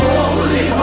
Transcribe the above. Holy